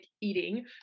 eating